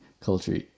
culture